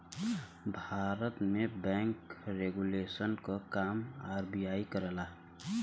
भारत में bank regulation क काम आर.बी.आई करला